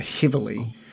heavily